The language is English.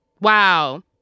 Wow